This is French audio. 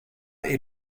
est